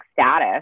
status